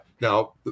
Now